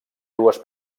dues